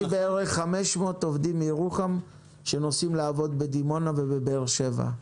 יש בערך 500 עובדים מירוחם שנוסעים לעבוד בדימונה ובבאר שבע,